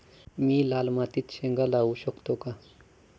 मी लाल मातीत शेंगा लावू शकतो का?